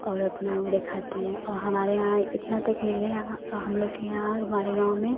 और अपना वह दिखाते हैं और हमारे यहाँ इतना तक मेरे यहाँ हमलोग के यहाँ हमारे गाँव में